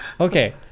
Okay